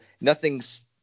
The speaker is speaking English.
nothing's